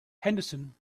henderson